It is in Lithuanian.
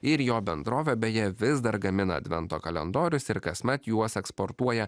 ir jo bendrovė beje vis dar gamina advento kalendorius ir kasmet juos eksportuoja